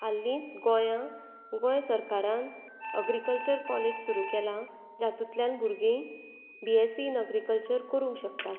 हालींच गोंयां गोंय सरकारान अग्रिकल्चर कॉलेज सुरु केलां जातुतल्यान भुरगीं बीएसी इन अग्रिकल्चर करुंक शकतां